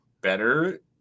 better